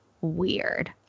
weird